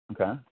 Okay